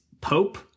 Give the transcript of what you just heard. Pope